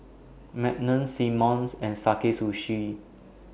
Magnum Simmons and Sakae Sushi